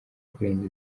kurenza